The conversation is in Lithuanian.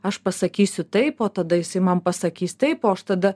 aš pasakysiu taip o tada jisai man pasakys taip o aš tada